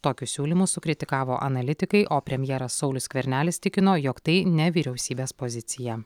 tokius siūlymus sukritikavo analitikai o premjeras saulius skvernelis tikino jog tai ne vyriausybės pozicija